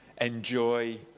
enjoy